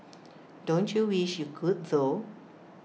don't you wish you could though